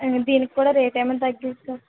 దీనికి కూడా రేట్ ఏమన్నా తగ్గించరా